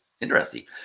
interesting